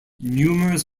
numerous